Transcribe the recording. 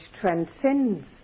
transcends